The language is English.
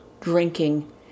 drinking